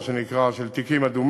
של מה שנקרא תיקים אדומים,